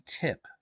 tip